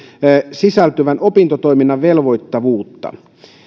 sisältyvän opintotoiminnan velvoittavuutta